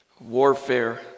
warfare